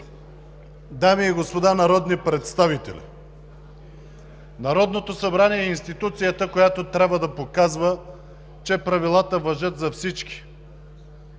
дами и господа народни представители, Народното събрание е институцията, която трябва да показва, че правилата важат за всички